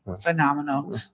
Phenomenal